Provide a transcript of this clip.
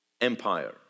empire